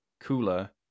cooler